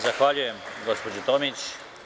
Zahvaljujem, gospođo Tomić.